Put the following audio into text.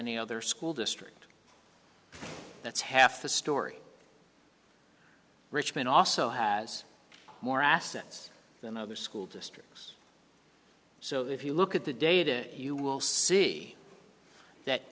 any other school district that's half the story richmond also has more assets than other school districts so if you look at the data you will see that